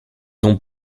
dont